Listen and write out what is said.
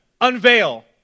unveil